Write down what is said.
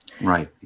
Right